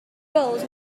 goals